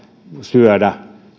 syödä